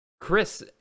Chris